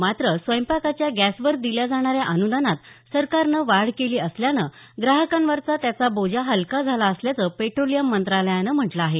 मात्र स्वयंपाकाच्या गॅसवर दिल्या जाणाऱ्या अनुदानात सरकारनं वाढ केली असल्यानं ग्राहकावरचा त्याचा बोजा हलका झाला असल्याचं पेट्रोलियम मंत्रालयानं म्हटलं आहे